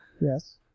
Yes